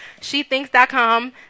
shethinks.com